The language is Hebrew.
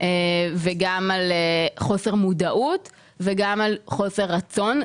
גם על חוסר מודעות וגם על חוסר רצון.